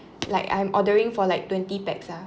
like I'm ordering for like twenty pax ah